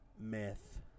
Myth